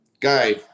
Guy